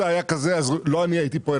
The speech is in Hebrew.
הייתה הצעת החוק לא אני הייתי פה,